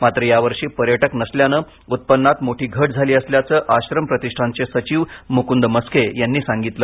मात्र यावर्षी पर्यटक नसल्याने उत्पन्नात मोठी घट झाली असल्याचं आश्रम प्रतिष्ठानचे सचिव मुकुंद मस्के यांनी सांगितले